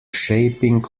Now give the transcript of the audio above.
shaping